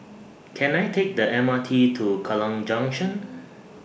Can I Take The M R T to Kallang Junction